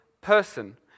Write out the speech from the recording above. person